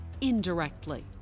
indirectly